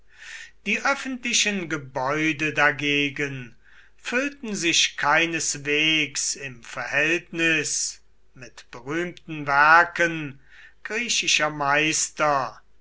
die öffentlichen gebäude dagegen füllten sich keineswegs im verhältnis mit berühmten werken griechischer meister